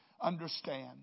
understand